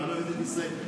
איראן אוהבת את ישראל,